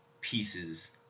pieces